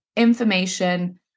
Information